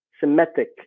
Semitic